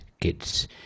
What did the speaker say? kids